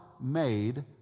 made